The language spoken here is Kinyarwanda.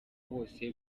bose